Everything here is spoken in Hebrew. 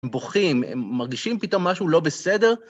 הם בוכים, הם מרגישים פתאום משהו לא בסדר.